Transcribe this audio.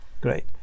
Great